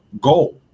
goal